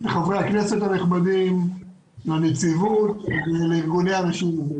לחברי הכנסת הנכבדים, לנציבות, ולארגונים.